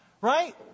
Right